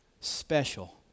special